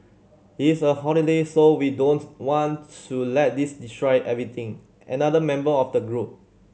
it's a holiday so we don't want to let this destroy everything another member of the group